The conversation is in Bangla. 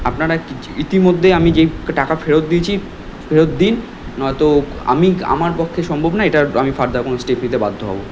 আপনারা কি যে ইতিমধ্যেই আমি যেই টাকা ফেরত দিয়েছি ফেরত দিন নয়তো আমি আমার পক্ষে সম্ভব না এটার আমি ফার্দার কোনও স্টেপ নিতে বাধ্য হবো